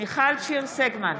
מיכל שיר סגמן,